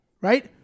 right